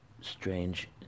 strange